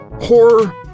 horror